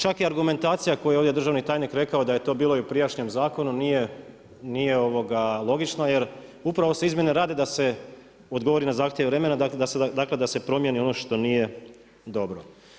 Čak i argumentacija koju je ovdje državni tajnik rekao da je to bilo i u prijašnjem zakonu nije logično jer upravo se izmjene rade da se odgovori na zahtjev vremena, dakle da se promijeni ono što nije dobro.